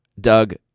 Doug